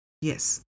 Yes